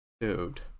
Dude